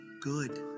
good